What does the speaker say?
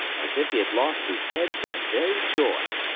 as if he had lost his head from very joy.